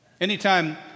Anytime